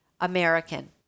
American